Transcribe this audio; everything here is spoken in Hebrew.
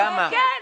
כן.